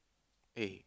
eh